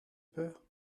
peur